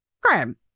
crime